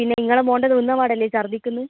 പിന്നെ നിങ്ങടെ മോൻ്റെ തോന്നുന്ന പാടല്ലേ ഛർദ്ദിക്കുന്നു